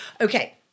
Okay